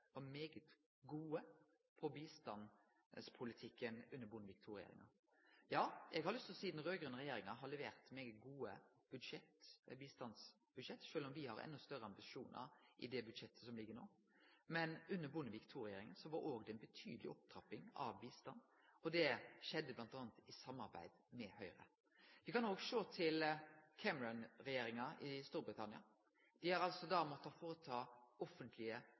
var svært gode når det gjaldt bistandspolitikken. Eg har lyst til å seie at den raud-grøne regjeringa har levert svært gode bistandsbudsjett, sjølv om me har enda større ambisjonar i det budsjettet som ligg no. Men under Bondevik II-regjeringa var det òg ei betydeleg opptrapping av bistand, og det skjedde bl.a. i samarbeid med Høgre. Me kan òg sjå til Cameron-regjeringa i Storbritannia. Dei har